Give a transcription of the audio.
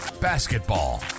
basketball